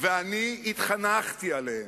ואני התחנכתי עליהם.